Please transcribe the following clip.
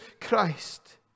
Christ